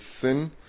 sin